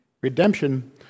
redemption